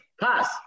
pass